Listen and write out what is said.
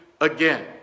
again